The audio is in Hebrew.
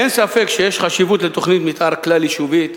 אין ספק שיש חשיבות לתוכנית מיתאר כלל-יישובית,